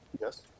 Yes